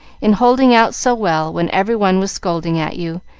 in holding out so well when every one was scolding at you,